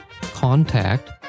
Contact